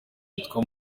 yitwa